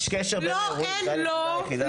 יש קשר בין האירועים, זו הנקודה היחידה.